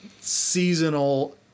seasonal